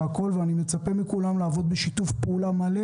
אני מצפה מכולם לעבוד בשיתוף פעולה מלא